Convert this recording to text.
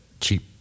cheap